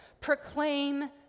Proclaim